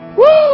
Woo